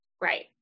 right